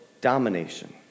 domination